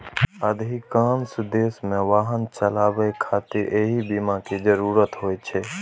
अधिकांश देश मे वाहन चलाबै खातिर एहि बीमा के जरूरत होइ छै